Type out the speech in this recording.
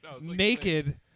naked